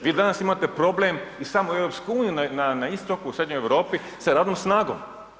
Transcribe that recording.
Vi danas imate problem i samu EU na istoku, srednjoj Europi sa radnom snagom.